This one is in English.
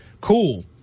cool